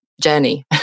journey